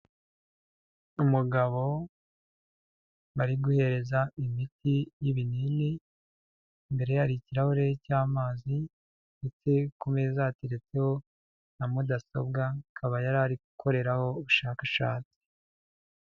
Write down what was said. Umugabo bari guhereza imiti y'ibinini, imbere hari ikirahure cy'amazi ndetse ku meza yateretseho na mudasobwa, akaba yari ari gukoreraho ubushakashatsi.